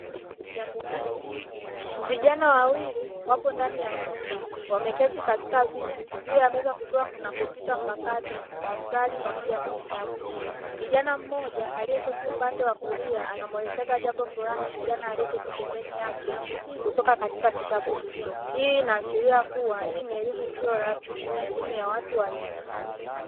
Vijana wawili wapo ndani ya chumba. Wameketi katika viti juu ya meza kukiwa kuna kompyuta mpakato, daftari, pamoja na kitabu. Kijana mmoja aliyeketi upande wa kulia anamwelekeza jambo fulani kijana aliyeketi pembeni yake kutoka katika kitabu hicho. Hii inaashiria kuwa hii ni elimu isiyo rasmi na elimu ya watu wazima.